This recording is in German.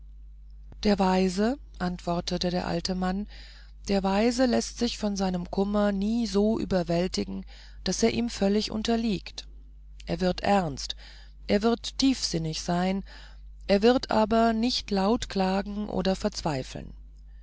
der weise antwortete der alte mann der weise läßt sich von seinem kummer nie so überwältigen daß er ihm völlig unterliegt er wird ernst er wird tiefsinnig sein er wird aber nicht laut klagen oder verzweifeln